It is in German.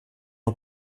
nur